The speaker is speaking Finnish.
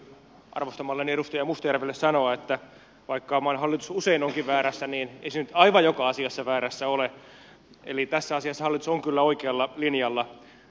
täytyy arvostamalleni edustaja mustajärvelle sanoa että vaikka maan hallitus usein onkin väärässä niin ei se nyt aivan joka asiassa väärässä ole eli tässä asiassa hallitus on kyllä oikealla linjalla